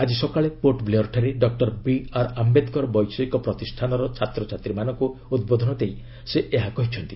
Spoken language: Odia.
ଆଜି ସକାଳେ ପୋର୍ଟ ବ୍ଲେୟର୍ଠାରେ ଡକ୍ଟର ବିଆର୍ ଆୟେଦ୍କର ବୈଷୟିକ ପ୍ରତିଷ୍ଠାନର ଛାତ୍ରଛାତ୍ରୀମାନଙ୍କୁ ଉଦ୍ବୋଧନ ଦେଇ ସେ ଏହା କହିଛନ୍ତି